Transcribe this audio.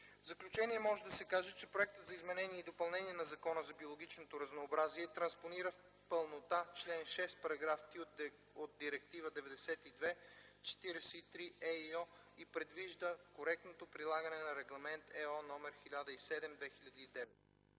заключение може да се каже, че Законопроектът за изменение и допълнение на Закона за биологичното разнообразие транспонира в пълнота член 6, параграф 3 от Директива 92/43/ЕИО и предвижда коректното прилагане на Регламент (ЕО) № 1007/2009.